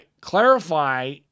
clarify